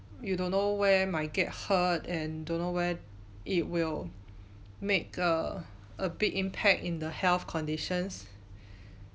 you don't know where might get hurt and don't know where it will make a a big impact in the health conditions